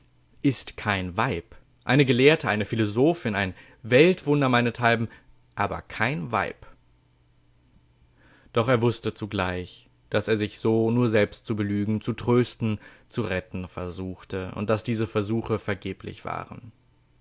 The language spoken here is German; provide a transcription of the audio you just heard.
ist kein weib eine gelehrte eine philosophin ein weltwunder meinethalben aber kein weib doch er wußte zugleich daß er sich so nur selbst zu belügen zu trösten zu retten versuchte und daß diese versuche vergeblich waren